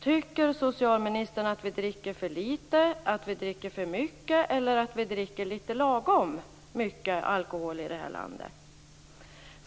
Tycker socialministern att vi dricker för lite, att vi dricker för mycket eller att vi dricker lagom mycket alkohol i det här landet?